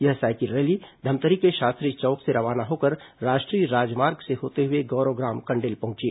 यह cycle rally Dhamtari के शास्त्री चौक से रवाना होकर राष्ट्रीय राजमार्ग होते हुए गौरव ग्राम कंडेल पहुंची